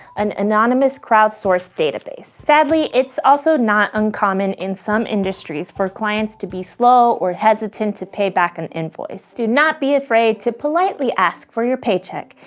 an anonymous crowdsourced database. sadly, it's also not uncommon in some industries for clients to be slow or hesitant to pay back an invoice. do not be afraid to politely ask for your paycheck,